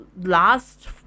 Last